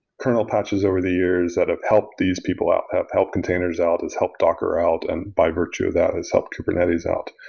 kernel patches over the years that have helped these people out, have helped containers out, has helped docker out, and by virtue of that has helped kubernetes out.